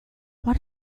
what